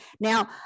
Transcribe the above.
now